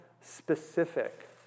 specific